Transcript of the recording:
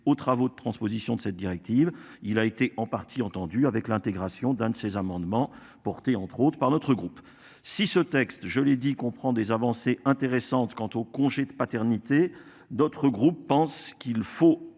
aux travaux de transposition de cette directive. Il a été en partie entendus avec l'intégration d'un de ces amendements porté entre autres par notre groupe si ce texte, je l'ai dit comprend des avancées intéressantes quant au congé de paternité. D'autres groupes pensent qu'il faut